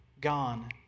gone